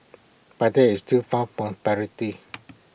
but that is too far from parity